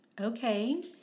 okay